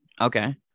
Okay